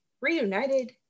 Reunited